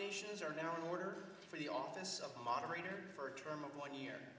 nations are now in order for the office of moderator for a term of one year